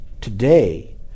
Today